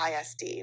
ISD